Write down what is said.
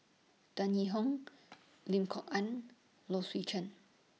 Tan Yee Hong Lim Kok Ann Low Swee Chen